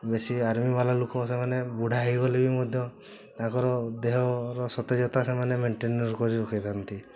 ବେଶୀ ଆର୍ମି ବାଲା ଲୋକ ସେମାନେ ବୁଢ଼ା ହୋଇଗଲେ ବି ମଧ୍ୟ ତାଙ୍କର ଦେହର ସତେଜତା ସେମାନେ ମେଣ୍ଟେନ୍ କରି ରଖିଥାନ୍ତି